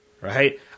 Right